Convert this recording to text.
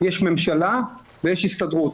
יש ממשלה ויש הסתדרות.